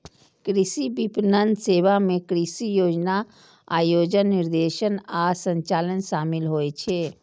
कृषि विपणन सेवा मे कृषि योजना, आयोजन, निर्देशन आ संचालन शामिल होइ छै